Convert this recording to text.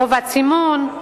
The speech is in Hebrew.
חובת סימון,